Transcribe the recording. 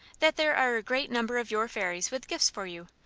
that there are a great number of your fairies with gifts for you,